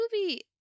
movie